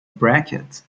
bracket